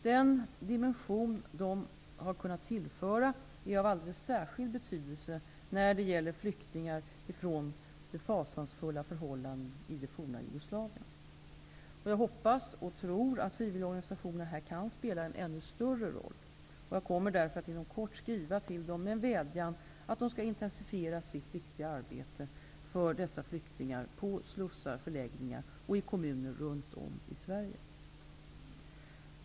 Den dimension de har kunnat tillföra är av alldeles särskild betydelse när det gäller flyktingar från de fasanfulla förhållandena i det forna Jugoslavien. Jag hoppas och tror, att frivilligorganisationerna här kan spela en ännu större roll. Jag kommer därför att inom kort skriva till dem med en vädjan att de skall intensifiera sitt viktiga arbete för dessa flyktingar på slussar, förläggningar och i kommuner runt om i Sverige.